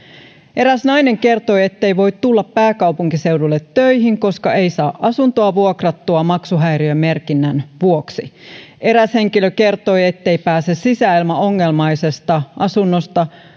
eräs nainen kertoi ettei voi tulla pääkaupunkiseudulle töihin koska ei saa asuntoa vuokrattua maksuhäiriömerkinnän vuoksi eräs henkilö kertoi ettei pääse sisäilmaongelmaisesta asunnosta